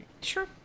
sure